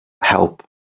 help